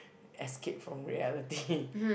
escape from reality